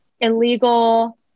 illegal